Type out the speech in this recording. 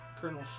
Colonel